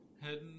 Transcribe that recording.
heading